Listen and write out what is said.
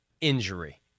injury